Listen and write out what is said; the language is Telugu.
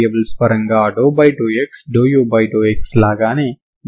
∂u∂x లాగానే ∂u∂x∂u